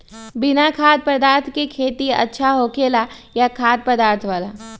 बिना खाद्य पदार्थ के खेती अच्छा होखेला या खाद्य पदार्थ वाला?